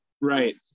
Right